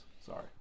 Sorry